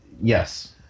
yes